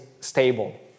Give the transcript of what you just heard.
stable